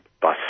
bus